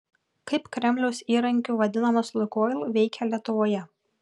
kaip kremliaus įrankiu vadinamas lukoil veikė lietuvoje